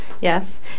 Yes